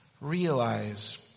Realize